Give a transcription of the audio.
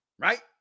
Right